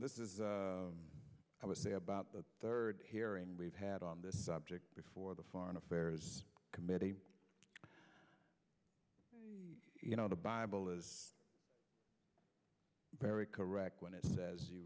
this is i was about the third hearing we've had on this subject before the foreign affairs committee you know the bible is very correct when it says you